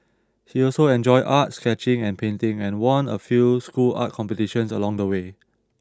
he also enjoyed art sketching and painting and won a few school art competitions along the way